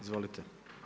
Izvolite.